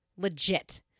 Legit